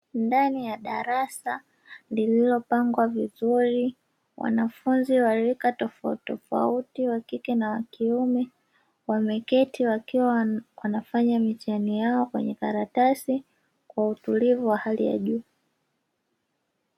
Ndani ya darasa lililopangwa vizuri, wanafunzi wa rika tofauti tofauti wa kike na wa kiume, wameketi wakiwa wanafanya mitihani yao kwenye karatasi kwa utulivu wa hali ya juu.